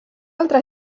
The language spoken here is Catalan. altra